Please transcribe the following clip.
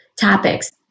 topics